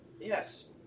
Yes